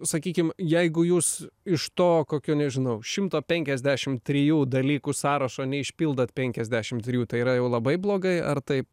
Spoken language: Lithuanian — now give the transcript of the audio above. sakykim jeigu jūs iš to kokio nežinau šimto penkiasdešimt trijų dalykų sąrašo neišpildot penkiasdešimt trijų tai yra jau labai blogai ar taip